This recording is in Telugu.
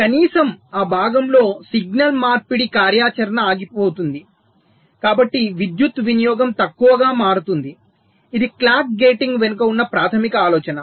కాబట్టి కనీసం ఆ భాగంలో సిగ్నల్ మార్పిడి కార్యాచరణ ఆగిపోతుంది కాబట్టి విద్యుత్ వినియోగం తక్కువగా మారుతుంది ఇది క్లాక్ గేటింగ్ వెనుక ఉన్న ప్రాథమిక ఆలోచన